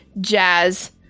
jazz